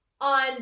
on